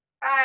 Bye